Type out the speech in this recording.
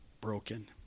broken